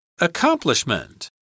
Accomplishment